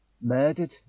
murdered